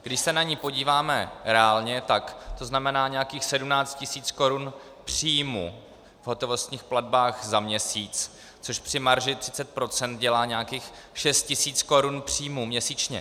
Když se na ni podíváme reálně, tak to znamená nějakých 17 tisíc korun příjmu v hotovostních platbách za měsíc, což při marži 30 % dělá nějakých 6 tisíc korun příjmu měsíčně.